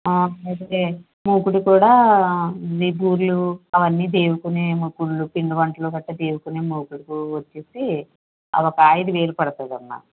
ఆ అయితే మూకుడు కూడా మీ బూరెలు అవన్నీ దేవుకునే ముకుడ్లు పిండి వంటలు గట్రా దేవుకునే ముకుడ్లు వచ్చి అవి ఒక ఐదు వేలు పడుతుంది అమ్మా